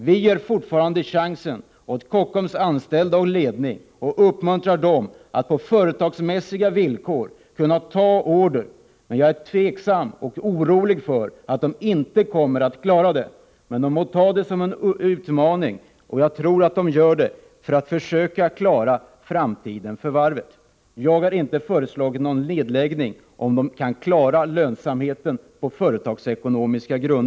Vi ger fortfarande Kockums anställda och dess ledning chansen och uppmuntrar Kockums att på företagsmässiga villkor ta upp order, men jag är orolig för att företaget inte kommer att klara det. Man må ta det som en utmaning, och jag tror att man gör det för att försöka klara framtiden för varvet. Jag har inte föreslagit att Kockums skall läggas ned om företaget kan klara lönsamheten på företagsekonomiska villkor.